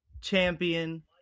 champion